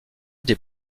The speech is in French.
des